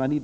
Men i